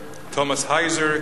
Thomas Heiser,